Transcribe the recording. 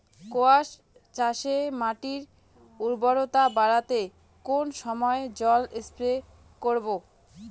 কোয়াস চাষে মাটির উর্বরতা বাড়াতে কোন সময় জল স্প্রে করব?